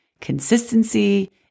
Consistency